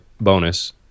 bonus